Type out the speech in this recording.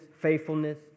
faithfulness